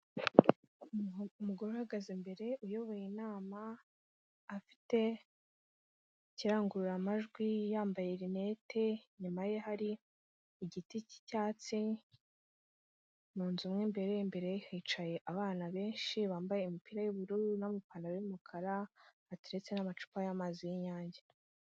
Umugore uhagaze imbere uyoboye inama afite ikirangururamajwi yambaye rinete, inyuma ye hari igiti cy'icyatsi mu nzu mo mbere, imbere hicaye abana benshi bambaye imipira y'ubururu n'amapantaro y'umukara hateretse n'amacupa y'amazi y'Inyange.